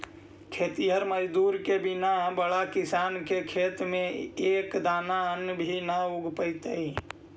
खेतिहर मजदूर के बिना बड़ा किसान के खेत में एक दाना अन्न भी न उग पइतइ